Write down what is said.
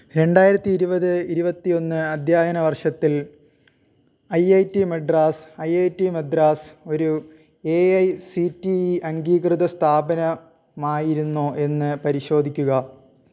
രണ്ടായിരത്തി ഇരുപത് ഇരുപത്തിയൊന്ന് അദ്ധ്യയന വർഷത്തിൽ I I T Madras I I T Madras ഒരു A I C T E അംഗീകൃത സ്ഥാപനമായിരുന്നോ എന്നു പരിശോധിക്കുക